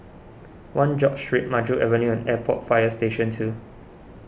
one George Street Maju Avenue and Airport Fire Station two